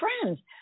friends